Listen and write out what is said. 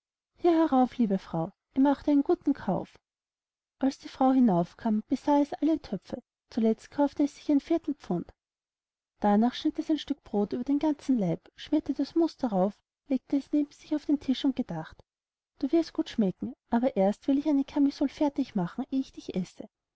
hier herauf liebe frau ihr macht einen guten kauf als die frau hinauf kam besah es alle töpfe zuletzt kauft es sich ein viertelpfund darnach schnitt es ein stück brot über den ganzen laib schmierte das mus darauf legte es neben sich auf den tisch und gedacht du wirst gut schmecken aber erst will ich das eine camisol fertig machen eh ich dich esse